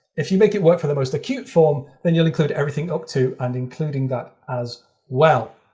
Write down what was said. if you make it work for the most acute form, then you'll include everything up to and including that as well.